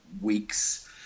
weeks